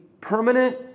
permanent